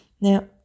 Now